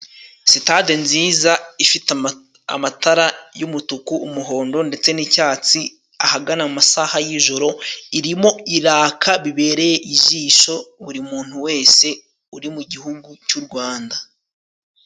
Sitade nziza ifite amatara y'umutuku, umuhondo ndetse n'icyatsi, ahagana mu masaha y'ijoro irimo iraka bibereye ijisho buri muntu wese uri mu gihugu c'u Rwanda.